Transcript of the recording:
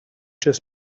just